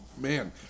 Man